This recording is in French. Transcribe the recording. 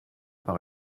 par